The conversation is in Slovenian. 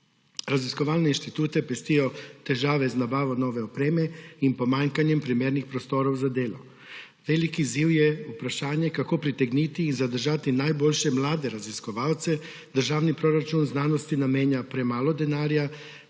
Raziskovalne inštitute pestijo težave z nabavo nove opreme in pomanjkanjem primernih prostorov za delo. Velik izziv je vprašanje, kako pritegniti in zadržati najboljše mlade raziskovalce. Državni proračun znanosti namenja premalo denarja,